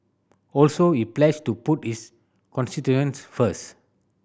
also he pledged to put his constituents first